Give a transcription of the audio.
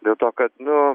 dėl to kad nu